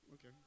okay